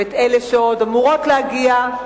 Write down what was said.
ואת אלה שעוד אמורות להגיע,